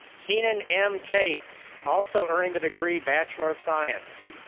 keenan m. kates, also earning the degree bachelor of science.